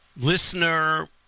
listener